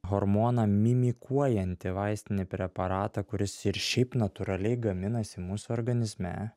hormoną mimikuojantį vaistinį preparatą kuris ir šiaip natūraliai gaminasi mūsų organizme